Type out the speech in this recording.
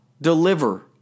deliver